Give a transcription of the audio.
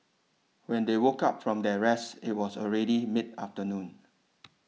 when they woke up from their rest it was already mid afternoon